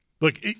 look